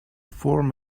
form